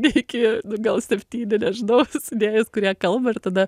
iki nu gal septyni nežinau sudėjus kurie kalba ir tada